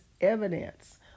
evidence